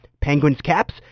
Penguins-Caps